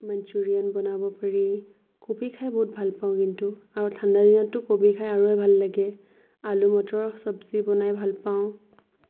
Manchurian বনাব পাৰি কবি খাই বহুত ভাল পাওঁ কিন্তু আৰু ঠাণ্ডা দিনতো কবি খাই আৰুৱেই ভাল লাগে আলু মটৰৰ চব্জি বনাই ভাল পাওঁ